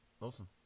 awesome